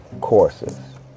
courses